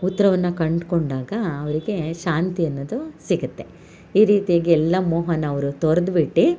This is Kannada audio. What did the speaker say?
ಉತ್ತರವನ್ನ ಕಂಡ್ಕೊಂಡಾಗ ಅವರಿಗೆ ಶಾಂತಿ ಅನ್ನೋದು ಸಿಗುತ್ತೆ ಈ ರೀತಿಯಾಗಿ ಎಲ್ಲ ಮೋಹನ ಅವರು ತೊರ್ದ್ಬಿಟ್ಟು